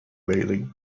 bailey